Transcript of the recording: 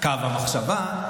מקו המחשבה,